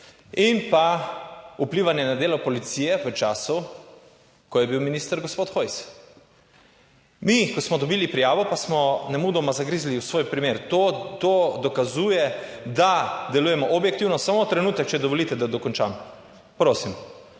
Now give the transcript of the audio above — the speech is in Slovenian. in pa vplivanje na delo policije v času, ko je bil minister gospod Hojs. Mi, ko smo dobili prijavo, pa smo nemudoma zagrizli v svoj primer, to dokazuje, da delujemo objektivno. Samo trenutek, če dovolite, da dokončam. prosim.